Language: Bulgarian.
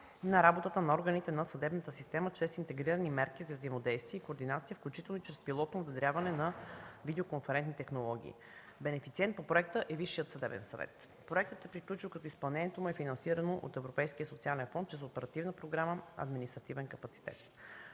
на работата на органите на съдебната система чрез интегрирани мерки за взаимодействие и координация, включително и чрез пилотно внедряване на видеоконферентни технологии. Бенефициент по проекта е Висшият съдебен съвет. Проектът е приключил, като изпълнението му е финансирано от Европейския социален фонд чрез Оперативна програма „Административен капацитет”.